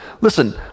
Listen